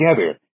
together